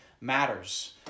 matters